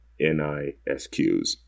NISQs